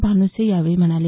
भानुसे यावेळी म्हणाले